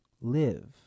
live